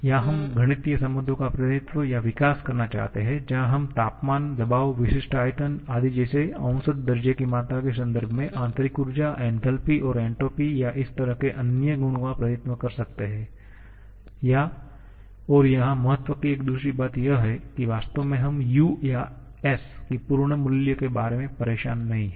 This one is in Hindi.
या हम गणितीय संबंधों का प्रतिनिधित्व या विकास करना चाहते हैं जहां हम तापमान दबाव ressure विशिष्ट आयतन आदि जैसे औसत दर्जे की मात्रा के संदर्भ में आंतरिक ऊर्जा एन्थालपी और एन्ट्रापी या इस तरह के अन्य गुणों का प्रतिनिधित्व कर सकते हैं और यहां महत्व की एक दूसरी बात यह है कि वास्तव में हम U या S की पूर्ण मूल्य के बारे में परेशान नहीं है